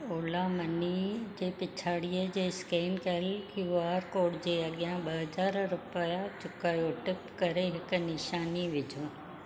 Ola money जे पिछाड़ीअ जे स्केन कयल क्यूआर कोड जे अॻियां ॿ हज़ार रुपिया चुकायो टिप करे हिकु निशानी विझो